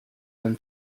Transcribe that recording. when